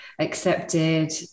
accepted